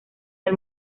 del